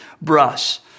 brush